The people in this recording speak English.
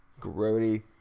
Grody